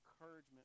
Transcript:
encouragement